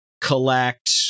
collect